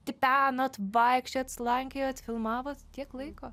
tipenot vaikščiojot slankiojot filmavot tiek laiko